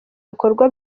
bikorwa